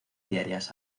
diarias